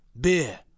beer